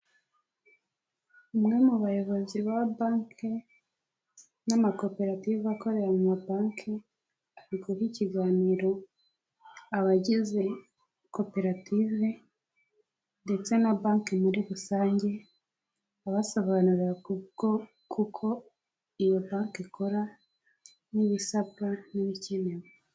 Umwe mu bayobozi ba banki n'amakoperative akorera mu mabanki ari guha ikiganiro abagize koperative ndetse na banki muri rusange abasobanurira kuko iyo banki ikora n'ibisabwa n'ibikenewe.